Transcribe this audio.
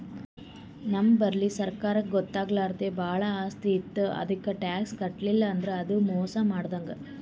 ನಮ್ ಬಲ್ಲಿ ಸರ್ಕಾರಕ್ಕ್ ಗೊತ್ತಾಗ್ಲಾರ್ದೆ ಭಾಳ್ ಆಸ್ತಿ ಇತ್ತು ಅದಕ್ಕ್ ಟ್ಯಾಕ್ಸ್ ಕಟ್ಟಲಿಲ್ಲ್ ಅಂದ್ರ ಅದು ಮೋಸ್ ಮಾಡಿದಂಗ್